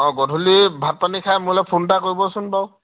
অ' গধূলি ভাত পানী খাই মোলৈ ফোন এটা কৰিবচোন বাৰু